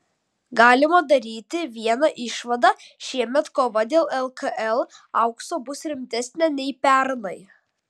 galima daryti vieną išvadą šiemet kova dėl lkl aukso bus rimtesnė nei pernai